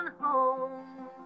home